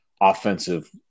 offensive